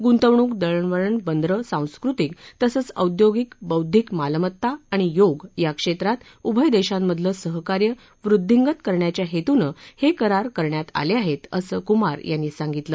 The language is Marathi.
गुंतवणूक दळणवळण बंदरं सांस्कृतिक तसंच औद्योगिक बौद्धिक मालमत्ता आणि योग या क्षेत्रांत उभय देशांमधलं सहकार्य वृद्धींगत करण्याच्या हेतून हे करार करण्यात आले आहेत असं कुमार यांनी सांगितलं